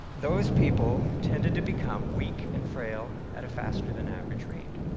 those people tended to become weak and frail at a faster than average rate.